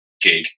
gig